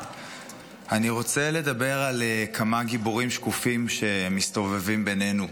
אני רוצה לדבר על כמה גיבורים שקופים שמסתובבים בינינו,